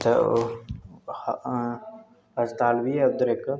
अस्पताल बी ऐ उद्दर इक्क